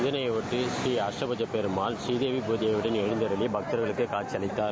இதனையொட்டி ஸ்ரீ அஷ்புஜ பெருமாள் ஸ்ரீதேவி பூதேவியுடன் எழுந்தருளி பக்தர்களுக்கு காட்சியளித்தார்